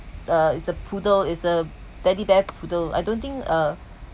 uh it's a poodle is a teddy bear poodle I don't think uh